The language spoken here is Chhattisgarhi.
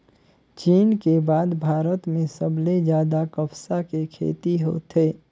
चीन के बाद भारत में सबले जादा कपसा के खेती होथे